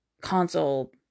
console